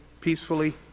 peacefully